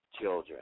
children